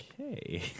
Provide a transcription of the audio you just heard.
Okay